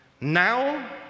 Now